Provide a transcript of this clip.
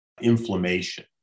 inflammation